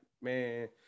man